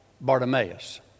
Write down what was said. Bartimaeus